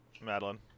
madeline